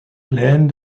plänen